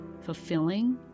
fulfilling